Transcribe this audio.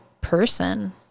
person